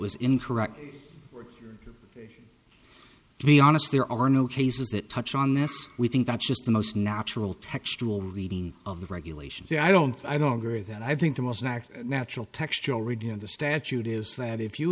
was incorrect or to be honest there are no cases that touch on that we think that's just the most natural textual reading of the regulations so i don't i don't agree that i think the most natural textual reading of the statute is that if you